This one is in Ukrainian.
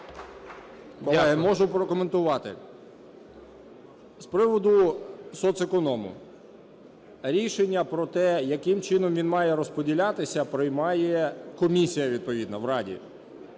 можу прокоментувати. З приводу соцеконому. Рішення про те, яким чином він має розподілятися, приймає комісія